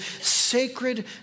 sacred